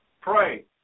Pray